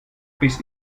biss